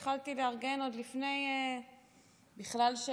התחלתי לארגן אותו עם הצוות שלי עוד בכלל לפני